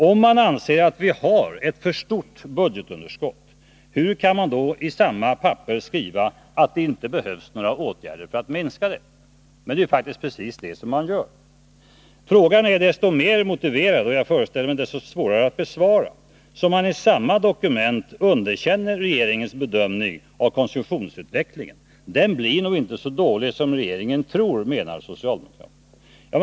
Om man anser att vi har ett för stort budgetunderskott, hur kan man då samtidigt skriva att det inte behövs några åtgärder för att minska det? Det är faktiskt precis vad man gör. Frågan är desto mer motiverad — och jag föreställer mig desto svårare att besvara — som man i samma dokument underkänner regeringens bedömning av konsumtionsutvecklingen. Den blir nog inte så dålig som regeringen tror, menar socialdemokraterna.